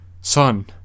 son